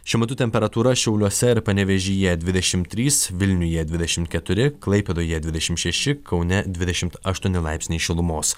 šiuo metu temperatūra šiauliuose ir panevėžyje dvidešim trys vilniuje dvidešim keturi klaipėdoje dvidešim šeši kaune dvidešimt aštuoni laipsniai šilumos